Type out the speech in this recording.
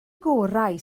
gorau